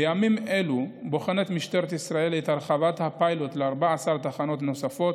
בימים אלו בוחנת משטרת ישראל את הרחבת הפיילוט ל-14 תחנות נוספות.